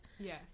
Yes